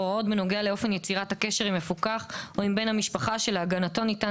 הוראות בנוגע לאופן יצירת הקשר עם מפוקח או עם בן המשפחה שלהגנתו ניתן